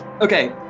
Okay